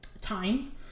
time